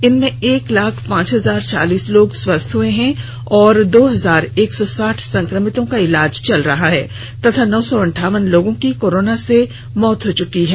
इनमें एक लाख पांच हजार चालीस लोग स्वस्थ हो चुके हैं और दो हजार एक सौ साठ संक्रमितों का इलाज चल रहा है तथा नौ सौ अंठावन लोगों की कोरोना से मौत हो चुकी है